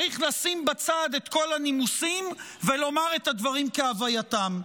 צריך לשים בצד את כל הנימוסים ולומר את הדברים כהווייתם.